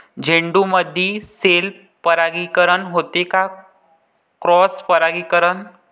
झेंडूमंदी सेल्फ परागीकरन होते का क्रॉस परागीकरन?